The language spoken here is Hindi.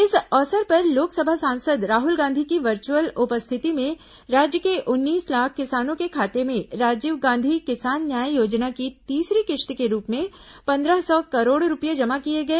इस अवसर पर लोकसभा सांसद राहुल गांधी की वर्चुअल उपस्थिति में राज्य के उन्नीस लाख किसानों के खाते में राजीव गांधी किसान न्याय योजना की तीसरी किश्त के रूप में पंद्रह सौ करोड़ रूपये जमा किए गए